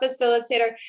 facilitator